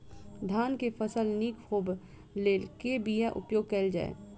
धान केँ फसल निक होब लेल केँ बीया उपयोग कैल जाय?